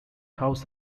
house